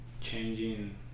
changing